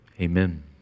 amen